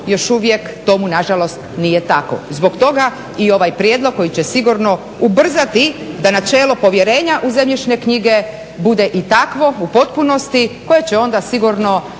još uvijek tomu nažalost nije tako. Zbog toga i ovaj prijedlog koji će sigurno ubrzati da načelo povjerenja u zemljišne knjige bude i takvo u potpunosti koje će onda sigurno